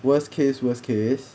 worst case worst case